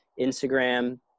Instagram